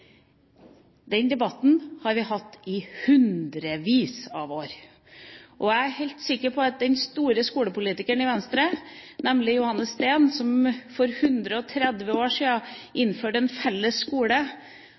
Den debatten har vi hatt i hundrevis av år, og helt sikkert også under den store skolepolitikeren i Venstre, Johannes Steen, som for 130 år siden innførte en felles skole.